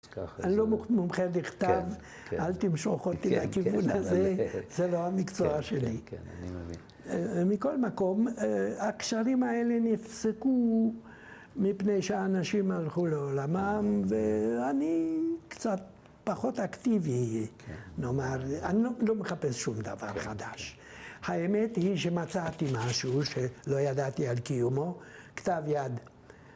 ‫אני לא מומחה לכתב, ‫אל תמשוך אותי לכיוון הזה, ‫זה לא המקצוע שלי. ‫-כן, כן, אני מבין. ‫-מכל מקום, הקשרים האלה נפסקו ‫מפני שאנשים הלכו לעולמם, ‫ואני קצת פחות אקטיבי, נאמר. ‫אני לא מחפש שום דבר חדש. ‫האמת היא שמצאתי משהו ‫שלא ידעתי על קיומו, ‫כתב יד.